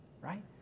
Right